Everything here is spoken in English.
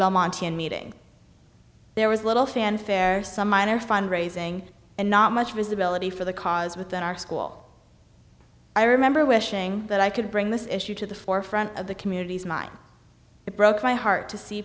belmont meeting there was little fanfare some minor fund raising and not much visibility for the cause within our school i remember wishing that i could bring this issue to the forefront of the communities mind it broke my heart to see